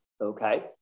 Okay